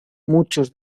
muchos